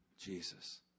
Jesus